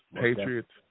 Patriots